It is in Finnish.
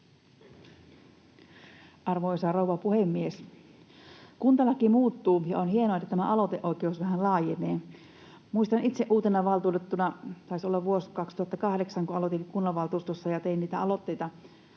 Arvoisa rouva puhemies! Kuntalaki muuttuu, ja on hienoa, että tämä aloiteoikeus vähän laajenee. Muistan itse, kun uutena valtuutettuna — taisi olla vuosi 2008, kun aloitin kunnanvaltuustossa — tein niitä aloitteita